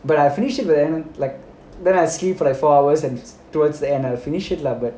but I finish it within like then I sleep for like four hours and towards the end I will finish it lah but